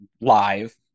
live